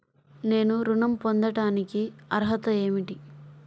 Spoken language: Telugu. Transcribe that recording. నేను ఋణం పొందటానికి అర్హత ఏమిటి?